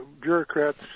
bureaucrats